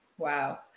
Wow